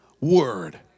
word